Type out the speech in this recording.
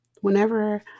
Whenever